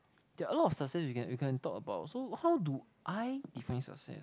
there're a lot of success you can you can talk about so how do I define success